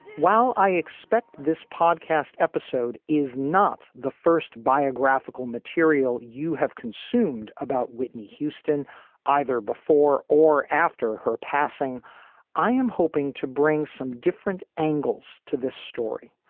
while i expect this podcast episode is not the first biographical material you have consumed about whitney houston either before or after her passing i am hoping to bring some different angles to this story.